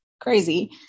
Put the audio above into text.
crazy